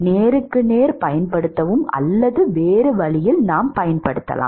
நேருக்கு நேர் பயன்படுத்தவும் அல்லது வேறு வழியில் நாம் பயன்படுத்தலாம்